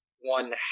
one